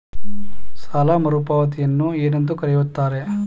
ಸಾಲ ಮರುಪಾವತಿಯನ್ನು ಏನೆಂದು ಕರೆಯುತ್ತಾರೆ?